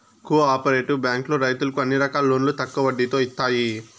co operative బ్యాంకులో రైతులకు అన్ని రకాల లోన్లు తక్కువ వడ్డీతో ఇత్తాయి